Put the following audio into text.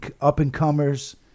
up-and-comers